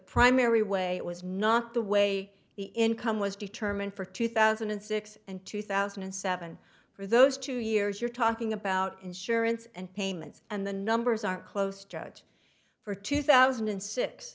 primary way it was not the way the income was determined for two thousand and six and two thousand and seven for those two years you're talking about insurance and payments and the numbers are close drudge for two thousand and six